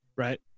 Right